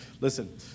Listen